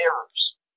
errors